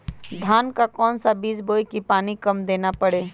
धान का कौन सा बीज बोय की पानी कम देना परे?